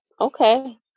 Okay